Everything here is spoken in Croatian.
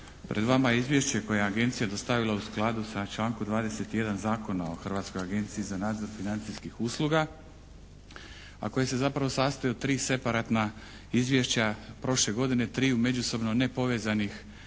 Pred vama je izvješće koje je agencija dostavila u skladu članka 21. Zakona o Hrvatskoj agenciji za nadzor financijskih usluga, a koji se zapravo sastoji od tri separatna izvješća, prošle godine tri međusobno nepovezanih